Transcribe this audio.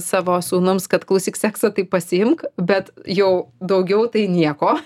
savo sūnums kad klausyk seksą tai pasiimk bet jau daugiau tai nieko